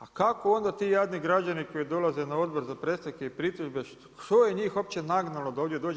A kako onda ti jadni građani koji dolaze na Odbor za predstavke i pritužbe, što je njih uopće nagnulo da ovdje dođu?